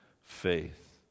faith